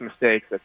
mistakes